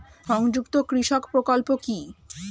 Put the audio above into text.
সংযুক্ত কৃষক প্রকল্প কি?